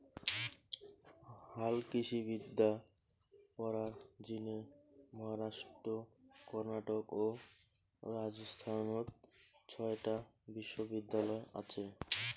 হালকৃষিবিদ্যা পড়ার জিনে মহারাষ্ট্র, কর্ণাটক ও রাজস্থানত ছয়টা বিশ্ববিদ্যালয় আচে